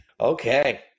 Okay